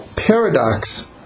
Paradox